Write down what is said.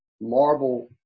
marble